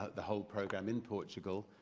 the whole program in portugal,